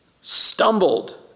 stumbled